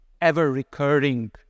ever-recurring